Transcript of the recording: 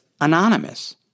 anonymous